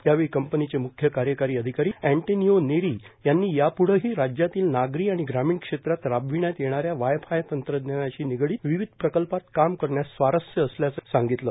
यावेळी कंपनीचे मुख्य कार्यकारी अधिकारी अँटनीओ नेरी यांनी यापूढेही राज्यातील नागरी आणि ग्रामीण क्षेत्रात राबविण्यात येणाऱ्या वाय फाय तंत्रज्ञानाशी निगडीत विविध प्रकल्पात काम करण्यास स्वारस्य असल्याचंही त्यांनी सांगितलं